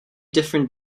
different